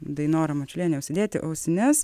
dainora mačiuliene užsidėti ausines